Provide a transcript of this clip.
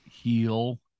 Heal